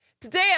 Today